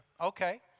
Okay